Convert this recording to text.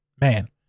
man